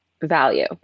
value